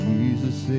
Jesus